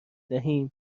دهیم